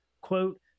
quote